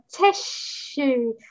tissue